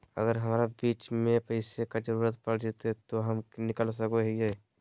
अगर हमरा बीच में पैसे का जरूरत पड़ जयते तो हम निकल सको हीये